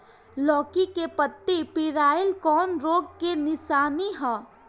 लौकी के पत्ति पियराईल कौन रोग के निशानि ह?